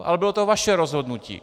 Ale bylo to vaše rozhodnutí.